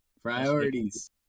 Priorities